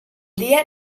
dia